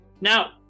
Now